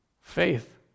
Faith